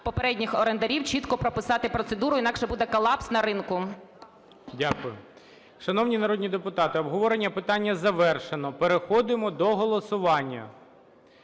попередніх орендарів чітко прописати процедуру, інакше буде колапс на ринку. ГОЛОВУЮЧИЙ. Дякую. Шановні народні депутати, обговорення питання завершено. Переходимо до голосування.